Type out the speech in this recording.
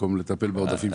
במקום לטפל בעודפים.